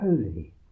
holy